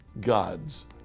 God's